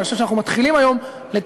אבל אני חושב שאנחנו מתחילים היום לתקן,